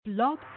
Blog